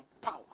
power